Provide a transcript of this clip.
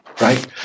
right